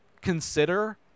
consider